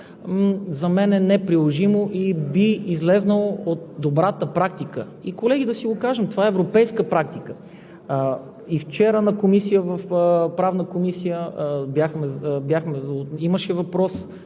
За мен е неприложимо и би излезнало от добрата практика. Колеги, да си го кажем – това е европейска практика. И вчера в Правната комисия имаше въпрос